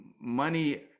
money